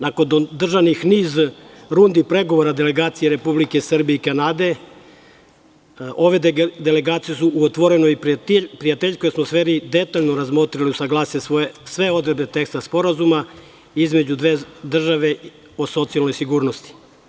Nakon održanih niz rundi pregovora delegacija Republike Srbije i Kanade, ove delegacije su u otvorenoj i prijateljskoj atmosferi detaljno razmotrile i usaglasile sve odredbe teksta Sporazuma između dve države o socijalnoj sigurnosti.